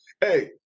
Hey